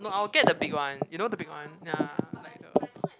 no I will get the big one you know the big one ya like the